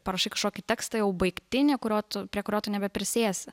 parašai kažkokį tekstą jau baigtinį kurio tu prie kurio tu nebeprisėsi